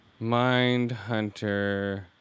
Mindhunter